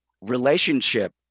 relationship